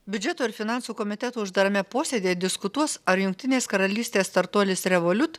biudžeto ir finansų komiteto uždarame posėdyje diskutuos ar jungtinės karalystės startuolis revoliut